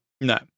No